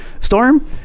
storm